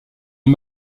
est